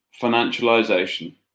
financialization